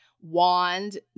wand